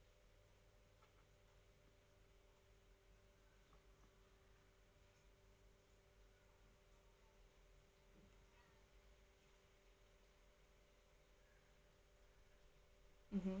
mmhmm